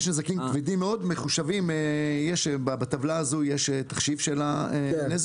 יש נזקים כבדים מאוד, בטבלה הזו יש תחשיב של הנזק,